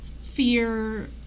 fear